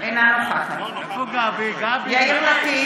אינה נוכחת יאיר לפיד,